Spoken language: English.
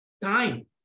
time